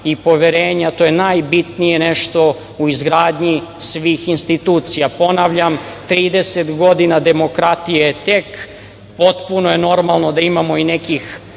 i poverenja, to je najbitnije nešto u izgradnji svih institucija. Ponavljam, 30 godina demokratije je tek, potpuno je normalno da imamo i nekih